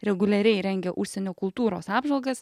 reguliariai rengia užsienio kultūros apžvalgas